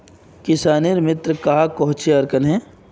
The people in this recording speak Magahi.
किसानेर मित्र कहाक कोहचे आर कन्हे?